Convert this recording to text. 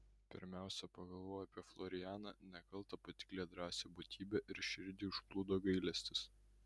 pirmiausia pagalvojo apie florianą nekaltą patiklią drąsią būtybę ir širdį užplūdo gailestis